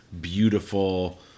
beautiful